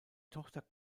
tochter